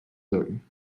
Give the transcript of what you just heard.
wirken